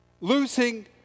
Losing